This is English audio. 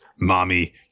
Mommy